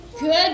Good